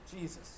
Jesus